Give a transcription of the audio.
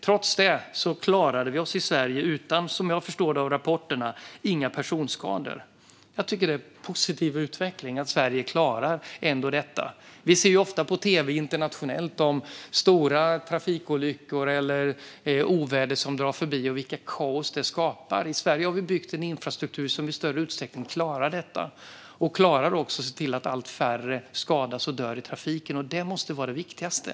Trots det klarade vi i Sverige oss från personskador, som jag förstår det av rapporterna. Det är en positiv utveckling att Sverige ändå klarar detta. Vi ser ofta på tv om stora trafikolyckor eller oväder som drar förbi ute i världen. Vi ser vilket kaos det skapar. I Sverige har vi byggt en infrastruktur som i större utsträckning klarar av detta och ser till att allt färre skadas och dör i trafiken, och det måste vara det viktigaste.